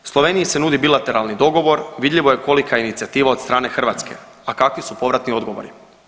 Sloveniji se nudi bilateralni dogovor, vidljivo je kolika je inicijativa od strane Hrvatske, a kakvi su povratni odgovori.